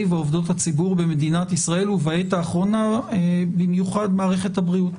ועובדות הציבור במדינת ישראל ובעת האחרונה במיוחד למערכת הבריאות.